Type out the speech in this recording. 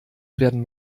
werden